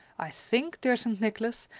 i think, dear st. nicholas,